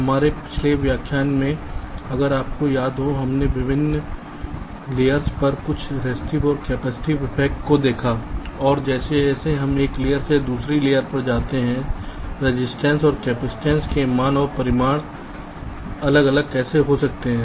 हमारे पिछले व्याख्यान में अगर आपको याद है कि हमने विभिन्न लेयर्स पर कुछ रेस्टिव और कैपेसिटिव इफेक्ट को देखा है और जैसे जैसे हम एक लेयर से दूसरी लेयर पर जाते हैं रजिस्टेंस और कैपेसिटेंस के मान और परिमाण अलग अलग कैसे हो सकते हैं